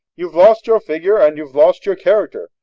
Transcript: you've lost your figure and you've lost your character.